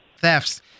thefts